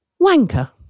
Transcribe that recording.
wanker